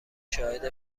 شاهد